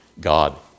God